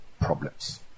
problems